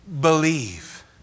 believe